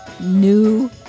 new